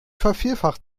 vervielfacht